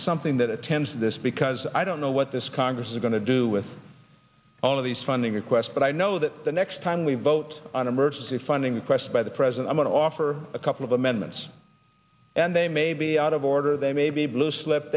something that attends this because i don't know what this congress is going to do with all of these funding requests but i know that the next time we vote on emergency funding request by the president i'm going to offer a couple of amendments and they may be out of order they may be blue slip